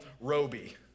Roby